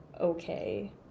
okay